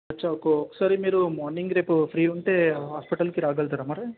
ఒకసారి మీరు మార్నింగ్ రేపు ఫ్రీ ఉంటే హాస్పిటల్కి రాగలుగుతారా మరి